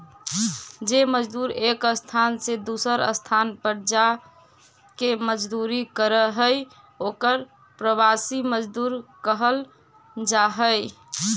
जे मजदूर एक स्थान से दूसर स्थान पर जाके मजदूरी करऽ हई ओकर प्रवासी मजदूर कहल जा हई